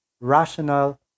rational